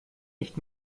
nicht